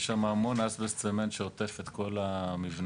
יש שם המון אסבסט צמנט שעוטף את כל המבנה.